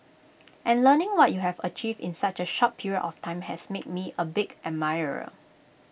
and learning what you have achieved in such A short period of time has made me A big admirer